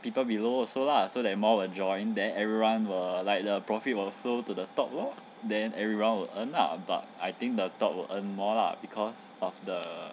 people below also lah so that more will join then everyone were like the profit will flow to the top lor then everyone will earn lah but I think the top will earn more lah because of the